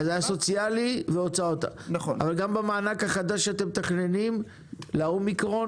היה סוציאלי והוצאות אבל גם במענק החדש שאתם מתכננים לאומיקרון,